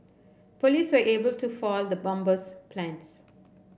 police were able to foil the bomber's plans